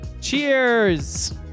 cheers